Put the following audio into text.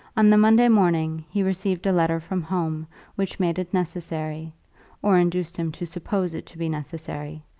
on the monday morning he received a letter from home which made it necessary or induced him to suppose it to be necessary,